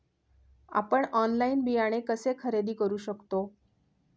आपण ऑनलाइन बियाणे कसे खरेदी करू शकतो?